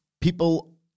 people